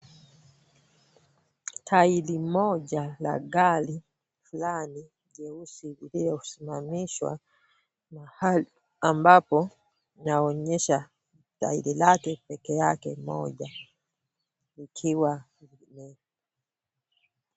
Tairi moja la gari fulani jeusi lililosimamishwa pahali ambapo panaonyesha tairi lake peke yake moja likiwa lime